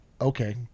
okay